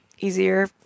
easier